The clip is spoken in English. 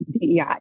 DEI